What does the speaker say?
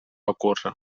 ocórrer